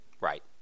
Right